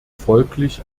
folglich